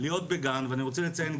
ואני רוצה לציין,